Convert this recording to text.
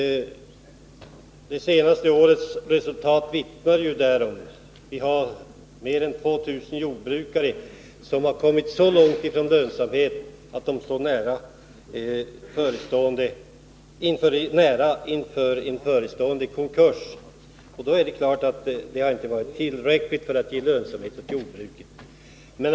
De senaste årens resultat vittnar ju om att det förhåller sig på detta sätt — vi har mer än 2 000 jordbrukare som har kommit så långt från lönsamhet att deras konkurs är förestående. Då är det klart att inkomsterna inte varit tillräckliga för att ge lönsamhet åt jordbruket.